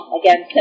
again